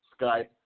Skype